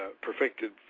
perfected